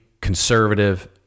conservative